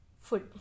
food